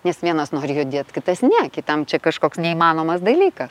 nes vienas nori judėt kitas ne kitam čia kažkoks neįmanomas dalykas